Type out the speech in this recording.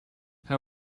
how